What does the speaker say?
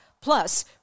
Plus